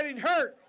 her.